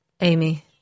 Amy